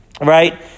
right